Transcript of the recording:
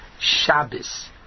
Shabbos